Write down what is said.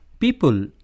People